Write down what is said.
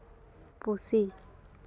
ᱯᱩᱥᱤ